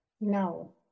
no